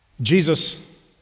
Jesus